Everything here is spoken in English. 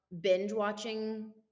binge-watching